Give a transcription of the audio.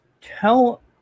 tell